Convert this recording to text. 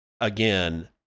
again